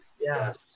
Yes